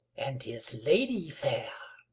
and his lady fair.